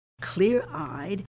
clear-eyed